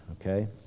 Okay